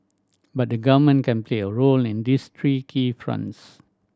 but the Government can play a role in this three key fronts